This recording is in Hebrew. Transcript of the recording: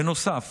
בנוסף,